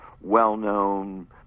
well-known